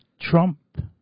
Trump